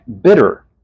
bitter